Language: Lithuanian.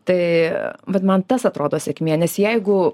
tai vat man tas atrodo sėkmė nes jeigu